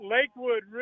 Lakewood